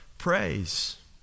praise